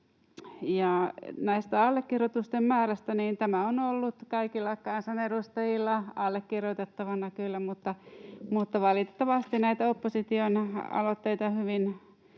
Tästä allekirjoitusten määrästä. Tämä on ollut kaikilla kansanedustajilla allekirjoitettavana kyllä, mutta valitettavasti näitä opposition aloitteita hyvin